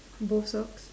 both socks